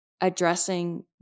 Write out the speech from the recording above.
addressing